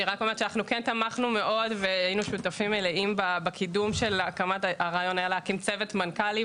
וגם היינו שותפים מלאים בקידום שלו וברעיון של להקים צוות מנכ"לים